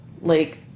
Like-